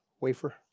wafer